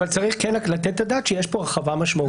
אבל צריך כן לתת את הדעת שיש פה הרחבה משמעותית.